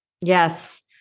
Yes